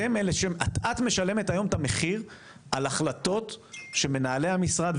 את משלמת היום את המחיר על החלטות שמנהלי המשרד,